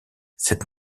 cette